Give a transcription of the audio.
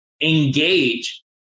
engage